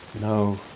No